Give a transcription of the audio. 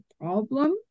problem